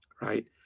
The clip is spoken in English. right